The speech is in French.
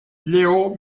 leo